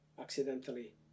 accidentally